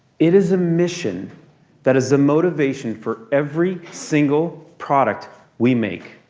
it is a mission that is the motivation for every single product we make.